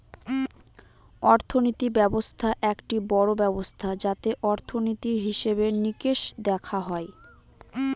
অর্থনীতি ব্যবস্থা একটি বড়ো ব্যবস্থা যাতে অর্থনীতির, হিসেবে নিকেশ দেখা হয়